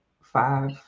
five